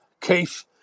Keith